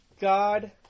God